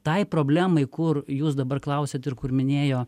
tai problemai kur jūs dabar klausiat ir kur minėjo